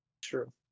True